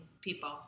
people